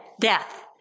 death